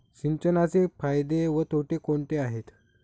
सिंचनाचे फायदे व तोटे कोणते आहेत?